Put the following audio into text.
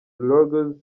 ruggles